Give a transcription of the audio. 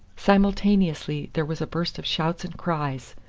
simultaneously there was a burst of shouts and cries,